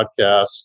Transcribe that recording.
podcast